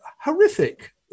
horrific